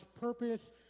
purpose